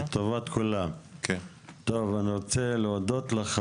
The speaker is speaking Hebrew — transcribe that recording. אני רוצה להודות לך.